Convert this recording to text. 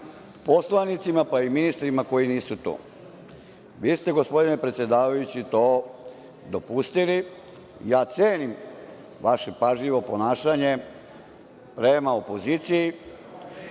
poslanicima pa i ministrima koji nisu tu. Vi ste gospodine predsedavajući to dopustili. Ja cenim vaše pažljivo ponašanje prema opoziciji.